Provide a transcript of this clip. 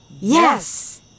Yes